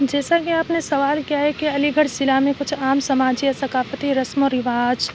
جیسا کہ آپ نے سوال کیا ہے کہ علی گڑھ ضلع میں کچھ عام سماجی یا ثقافتی رسم و رواج